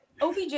obj